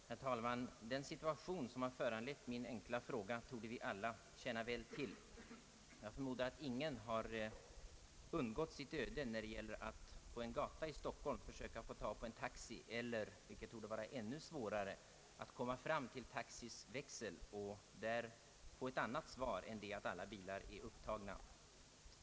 Herr talman! Den situation som har föranlett min enkla fråga torde vi alla väl känna till. Jag förmodar att ingen har undgått sitt öde när det gäller att på en gata i Stockholm försöka få tag på en taxi eller, vilket torde vara ännu svårare, att komma fram till Taxis växel och få ett annat svar än att alla bilar är upptagna.